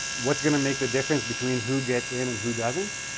what's going to make the difference between who gets in and who doesn't?